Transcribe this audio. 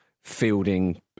fielding